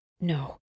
No